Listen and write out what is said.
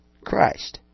Christ